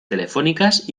telefónicas